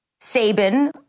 Saban